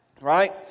Right